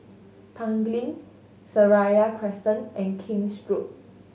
Tanglin Seraya Crescent and King's Road